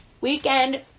weekend